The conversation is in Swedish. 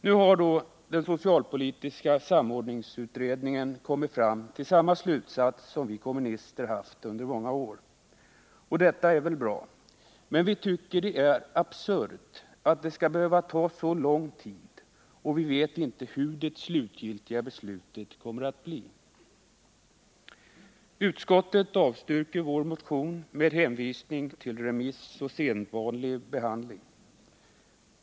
Nu har den socialpolitiska samordningsutredningen kommit till samma uppfattning som vi kommunister haft under många år. Och det är väl bra. Men vi tycker att det är absurt att det skall behöva ta så lång tid, och vi vet inte vilket det slutgiltiga beslutet kommer att bli. Utskottet avstyrker vår motion med hänvisning till remissoch annan sedvanlig behandling.